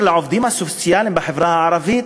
בעניין העובדים הסוציאליים בחברה הערבית,